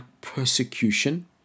persecution